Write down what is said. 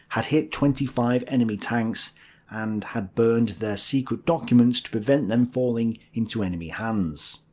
had hit twenty five enemy tanks and had burned their secret documents to prevent them falling into enemy hands.